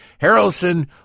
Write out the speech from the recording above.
Harrelson